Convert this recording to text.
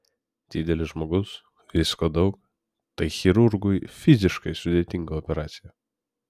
didelis žmogus visko daug tai chirurgui fiziškai sudėtinga operacija